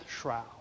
shroud